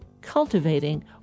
cultivating